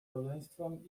rodzeństwem